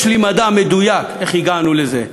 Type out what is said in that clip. יש לי מדע מדויק איך הגענו לזה.